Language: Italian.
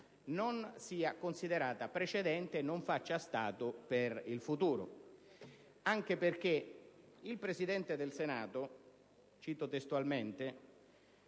non sia considerata precedente e non faccia stato per il futuro. Anche perché il Presidente del Senato, cito testualmente,